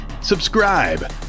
Subscribe